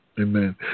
Amen